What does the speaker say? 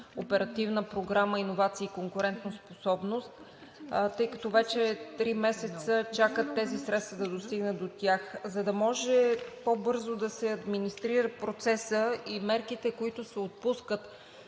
Оперативна програма „Иновации и конкурентоспособност“, тъй като вече три месеца чакат тези средства да достигнат до тях, за да може по-бързо да се администрира процесът и мерките, които се отпускат